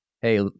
hey